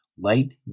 Light